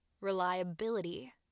reliability